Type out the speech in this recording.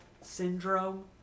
syndrome